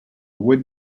wood